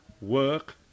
work